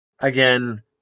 again